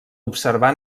observar